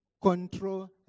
Control